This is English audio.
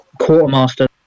quartermaster